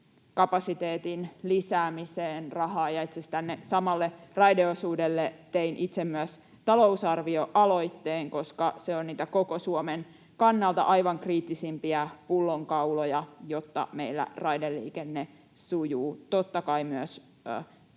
kapasiteetin lisäämiseen rahaa. Itse asiassa tälle samalle raideosuudelle tein itse myös talousarvioaloitteen, koska se on niitä koko Suomen kannalta aivan kriittisimpiä pullonkauloja, jotta meillä raideliikenne sujuu. Totta kai myös